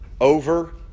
over